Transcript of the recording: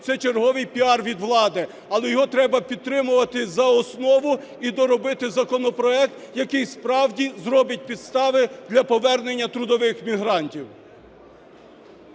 це черговий піар від влади, але його треба підтримувати за основу і доробити законопроект, який справді зробить підстави для повернення трудових мігрантів.